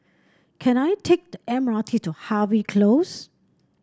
can I take the M R T to Harvey Close